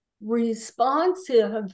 responsive